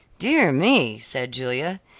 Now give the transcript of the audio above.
dear me! said julia,